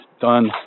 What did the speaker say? done